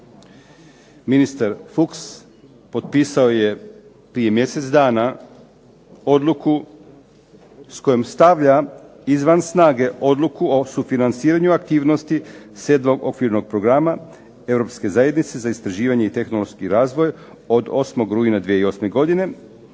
Ministar Fuchs potpisao je prije mjesec dana odluku s kojom stavlja izvan snage odluku o sufinanciranju aktivnosti 7. okvirnog programa europske zajednice za istraživanje i tehnološki razvoj od 8. rujna 2008. godine